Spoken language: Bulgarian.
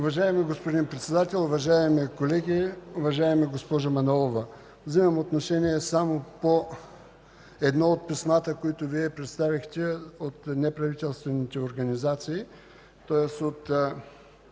Уважаеми господин Председател, уважаеми колеги! Уважаема госпожо Манолова, взимам отношение само по едно от писмата, които представихте от неправителствените организации, тоест от